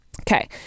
Okay